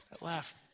laugh